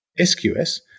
SQS